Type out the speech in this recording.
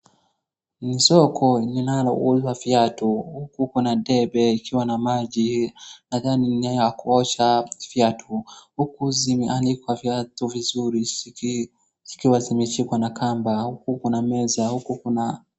Ni soko linalouzwa viatu huku kuna debe ikiwa na maji, nadhani ni ya kuosha viatu. Huku zimeanikwa viatu vizuri zikiwa zimeshikwa na kamba huku kuna meza huku kuna.